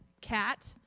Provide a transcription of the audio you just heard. cat